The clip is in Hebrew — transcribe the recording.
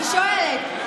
אני שואלת.